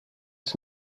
its